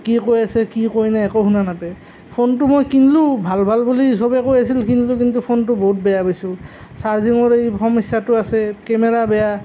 কি কৈ আছে কি কোৱা নাই একো শুনা নাপায় ফোনটো মই কিনিলোঁ ভাল ভাল বুলি সবেই কৈ আছিল কিনিলোঁ কিন্তু ফোনটো বহুত বেয়া পাইছোঁ চাৰ্জিঙৰ এই সমস্যাটো আছেই কেমেৰা বেয়া